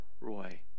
Roy